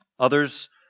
Others